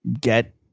get